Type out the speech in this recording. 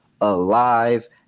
alive